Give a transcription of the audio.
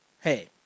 hey